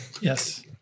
Yes